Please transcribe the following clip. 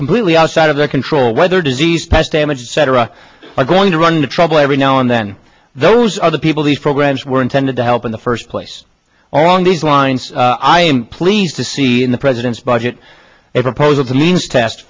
completely outside of their control whether disease pest damages cetera are going to run into trouble every now and then those are the people these programs were intended to help in the first place along these lines i am pleased to see in the president's budget proposal t